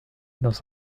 dans